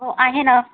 हो आहे ना